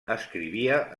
escrivia